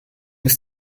ist